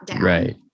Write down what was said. Right